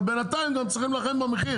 אבל בינתיים גם צריכים להילחם במחיר